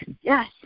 yes